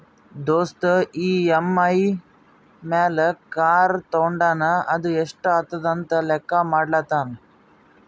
ದೋಸ್ತ್ ಇ.ಎಮ್.ಐ ಮ್ಯಾಲ್ ಕಾರ್ ತೊಂಡಾನ ಅದು ಎಸ್ಟ್ ಆತುದ ಅಂತ್ ಲೆಕ್ಕಾ ಮಾಡ್ಲತಾನ್